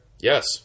Yes